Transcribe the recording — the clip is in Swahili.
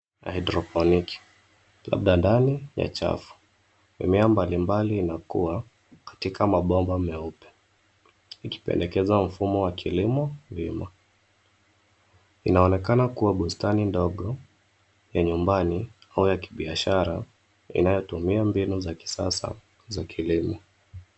Haidroponiki, labda ndani ya chafu. Mimea mbalimbali inakua katika mabomba meupe ikipendekeza mfumo wa kilimo wima. Inaonekana kuwa bustani ndogo ya nyumbani au ya kibiashara inayotumia mbinu za kisasa za kilimo.